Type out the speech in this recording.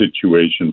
situation